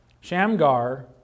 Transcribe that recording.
Shamgar